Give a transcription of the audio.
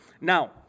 Now